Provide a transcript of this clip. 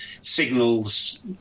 signals